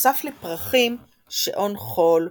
בנוסף לפרחים, שעון חול,